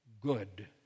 good